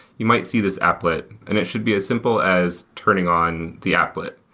you might see this applet, and it should be as simple as turning on the applet.